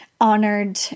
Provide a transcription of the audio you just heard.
honored